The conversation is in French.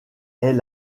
est